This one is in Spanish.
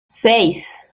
seis